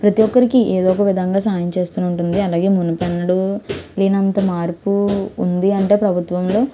ప్రతి ఒక్కరికి ఏదో ఒక విధంగా సహాయం చేస్తూనే ఉంటుంది అలాగే మునుపెన్నడూ లేనంత మార్పు ఉంది అంటే ప్రభుత్వంలో